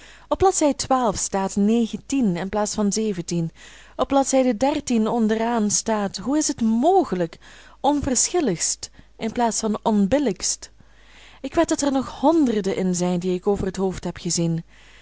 opdat zij in plaats van op zij de onderaan staat hoe is het mogelijk onverschilligst in plaats van onbillijkst ik wed dat er nog honderden in zijn die ik over het hoofd heb gezien